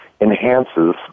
enhances